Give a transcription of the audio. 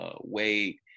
weight